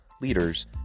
leaders